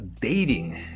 dating